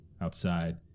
outside